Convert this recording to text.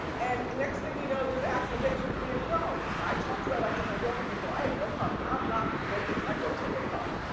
and next thing you know, there's accusations being thrown. now i told you i like to hold on to people, i am no puffy, i'm not breaking my rotator cuff.